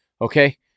Okay